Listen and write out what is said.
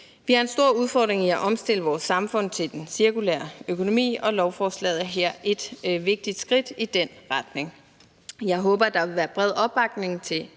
Vi har en stor udfordring i at omstille vores samfund til den cirkulære økonomi, og lovforslaget her er et vigtigt skridt i den retning. Jeg håber, der vil være bred opbakning til